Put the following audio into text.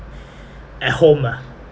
at home ah